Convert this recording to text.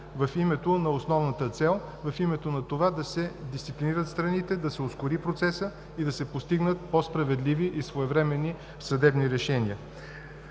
в името на основната цел, в името на това да се дисциплинират страните, да се ускори процесът и да се постигнат по-справедливи и своевременни съдебни решения.